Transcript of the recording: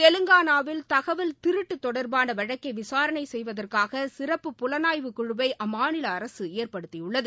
தெலங்கானாவில் தகவல் திருட்டு தொடர்பான வழக்கை விசாரணை செய்வதற்காக சிறப்பு புலனாய்வுக் குழுவை அம்மாநில அரசு ஏற்படுத்தியுள்ளது